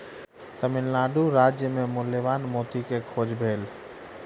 तमिल नाडु राज्य मे मूल्यवान मोती के खोज भेल